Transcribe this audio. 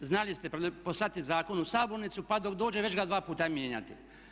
I znali ste poslati zakon u sabornicu pa dok dođe već ga dva puta mijenjati.